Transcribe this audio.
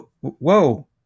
whoa